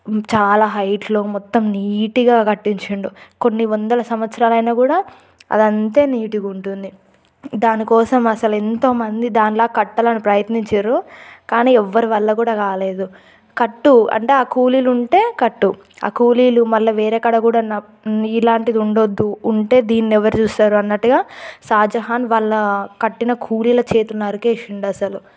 చాలా హైట్లో మొత్తం నీట్గా కట్టించాడు కొన్ని వందల సంవత్సరాలైనా కూడా అదంతే నీట్గా ఉంటుంది దానికోసం అసలు ఎంతో మంది దానిలా కట్టాలని ప్రయత్నించారు కానీ ఎవ్వరి వల్ల కూడా కాలేదు కట్టు అంటే ఆ కూలీలు ఉంటే కట్టు ఆ కూలీలు మల్ల వేరే కాడ కూడా ఇలాంటిది ఉండొద్దు ఉంటే దీన్నెవ్వరు చూస్తారు అన్నట్టుగా షాజహాన్ వాళ్ళ కట్టిన కూలీల చేతులు నెరికేసాడు అసలు